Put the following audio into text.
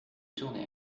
tourné